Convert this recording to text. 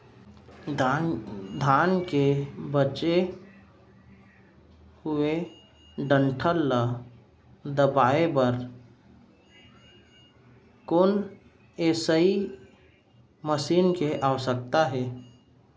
धान के बचे हुए डंठल ल दबाये बर कोन एसई मशीन के आवश्यकता हे?